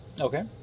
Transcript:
Okay